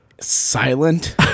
silent